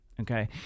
Okay